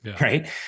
Right